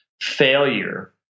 failure